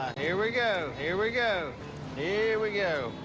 ah here we go, here we go, here we go.